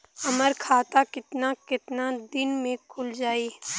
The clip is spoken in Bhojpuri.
हमर खाता कितना केतना दिन में खुल जाई?